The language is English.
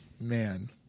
man